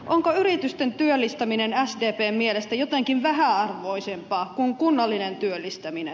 onko yritysten työllistäminen sdpn mielestä jotenkin vähäarvoisempaa kuin kunnallinen työllistäminen